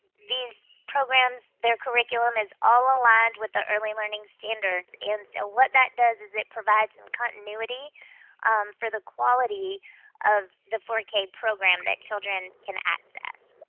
these programs, their curriculum is all aligned with the early learning standards. and so what that does is it provides some continuity for the quality of the four k program that children can access.